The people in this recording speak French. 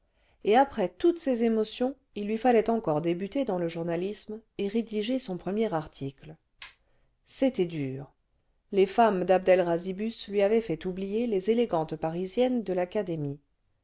et après toutes ces émotions il lui fallait encore débuter dans le journalisme et rédiger son premier article c'était dur les femmes dabd el razibus lui avaient fait oublier les élégantes parisiennes de l'académie